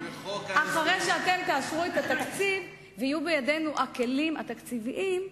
אחרי שאתם תאשרו את התקציב ויהיו בידינו הכלים התקציביים,